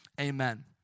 amen